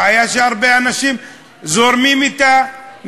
בעיה שהרבה אנשים זורמים אתה,